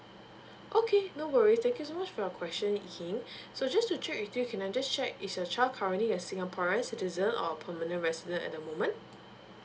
okay no worries thank you so much for your question kim so just to check with you can I just check is a child currently a singaporeans citizen or permanent resident at the moment